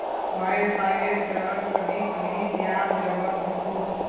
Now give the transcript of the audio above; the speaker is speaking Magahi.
वाय्सायेत ग्रांट कभी कभी दियाल जवा सकोह